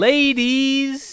Ladies